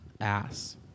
Ass